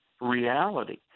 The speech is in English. reality